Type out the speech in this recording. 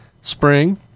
spring